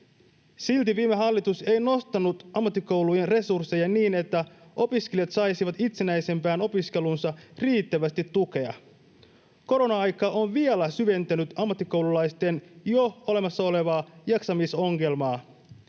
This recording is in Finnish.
Silti viime hallitus ei nostanut ammattikoulujen resursseja niin, että opiskelijat saisivat itsenäisempään opiskeluunsa riittävästi tukea. Korona-aika on vielä syventänyt ammattikoululaisten jo olemassa olevaa jaksamisongelmaa.